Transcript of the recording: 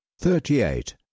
thirty-eight